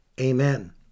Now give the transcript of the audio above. Amen